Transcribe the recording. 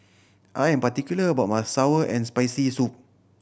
I am particular about my sour and Spicy Soup